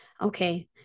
Okay